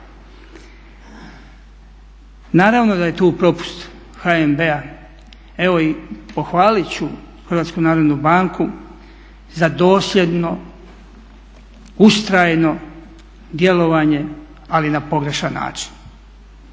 Naravno da je tu propust HNB-a. Evo i pohvalit ću HNB za dosljedno ustrajno djelovanje ali na pogrešan način.